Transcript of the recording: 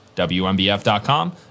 WMBF.com